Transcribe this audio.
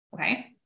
okay